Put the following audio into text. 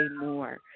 more